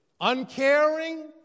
uncaring